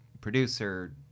producer